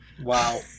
Wow